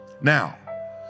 Now